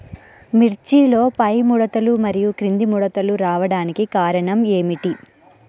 మిర్చిలో పైముడతలు మరియు క్రింది ముడతలు రావడానికి కారణం ఏమిటి?